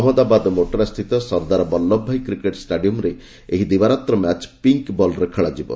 ଅହନ୍ମଦାବାଦ ମୋଟେରାସ୍ଥିତ ସର୍ଦ୍ଦାର ବଲ୍ଲଭଭାଇ କ୍ରିକେଟ୍ ଷ୍ଟାଡିୟମ୍ରେ ଏହି ଦିବାରାତ୍ର ମ୍ୟାଚ୍ ପିଙ୍କ୍ ବଲ୍ରେ ଖେଳାଯିବ